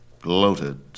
gloated